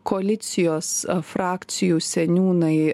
koalicijos frakcijų seniūnai